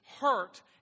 hurt